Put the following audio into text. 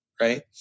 right